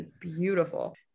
beautiful